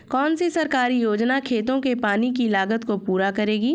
कौन सी सरकारी योजना खेतों के पानी की लागत को पूरा करेगी?